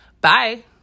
bye